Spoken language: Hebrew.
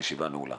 הישיבה ננעלה